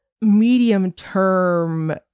medium-term